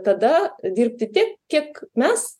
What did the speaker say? tada dirbti tiek kiek mes